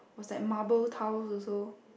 was that marble tiles also